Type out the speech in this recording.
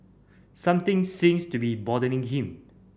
something seems to be bothering him